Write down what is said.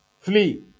flee